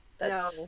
No